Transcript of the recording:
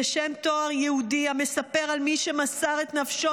זה שם תואר יהודי המספר על מי שמסר את נפשו